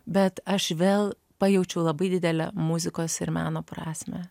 bet aš vėl pajaučiau labai didelę muzikos ir meno prasmę